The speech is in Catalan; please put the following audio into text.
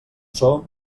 som